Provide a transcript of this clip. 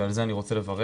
ועל זה אני רוצה לברך.